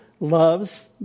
loves